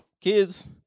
Kids